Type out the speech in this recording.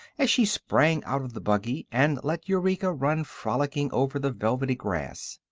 as she sprang out of the buggy and let eureka run frolicking over the velvety grass.